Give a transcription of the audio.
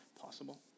possible